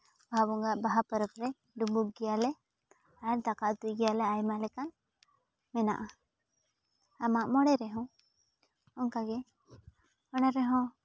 ᱵᱟᱦᱟ ᱵᱚᱸᱜᱟ ᱵᱟᱦᱟ ᱯᱚᱨᱚᱵᱽ ᱨᱮ ᱰᱩᱵᱩᱜᱽ ᱜᱮᱭᱟᱞᱮ ᱟᱨ ᱫᱟᱠᱟ ᱩᱛᱩᱭ ᱜᱮᱭᱟᱞᱮ ᱟᱭᱢᱟ ᱞᱮᱠᱟ ᱢᱮᱱᱟᱜᱼᱟ ᱟᱨ ᱢᱟᱜ ᱢᱚᱬᱮ ᱨᱮᱦᱚᱸ ᱚᱱᱠᱟᱜᱮ ᱚᱱᱟ ᱨᱮᱦᱚᱸ